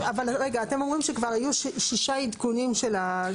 אתם אומרים שכבר היו שישה עדכונים של ההוראות.